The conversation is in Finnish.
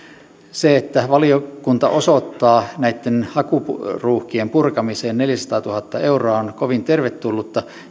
se että valiokunta osoittaa näitten hakuruuhkien purkamiseen neljäsataatuhatta euroa on kovin tervetullutta